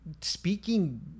speaking